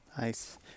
Nice